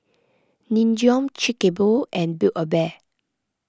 Nin Jiom Chic A Boo and Build A Bear